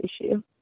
issue